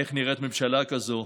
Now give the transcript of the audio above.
איך נראית ממשלה כזאת.